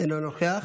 אינו נוכח,